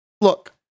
Look